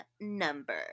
number